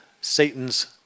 Satan's